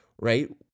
right